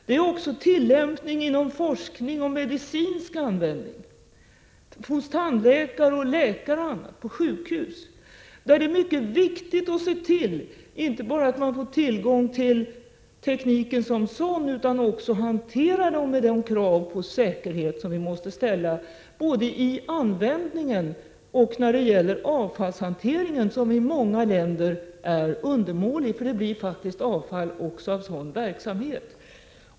Det gäller också tillämpning inom forskning och medicin, hos tandläkare, läkare och på sjukhus, där det är mycket viktigt att se till inte bara att man får tillgång till tekniken som sådan utan också att den hanteras med de krav på säkerhet som vi måste ställa när det gäller både användningen och avfallshanteringen, som i många länder är undermålig. Det blir faktiskt avfall även av sådan verksamhet.